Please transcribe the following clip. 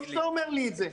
טוב שאתה אומר לי את זה.